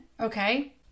Okay